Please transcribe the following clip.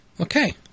Okay